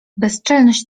bezczelność